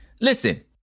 listen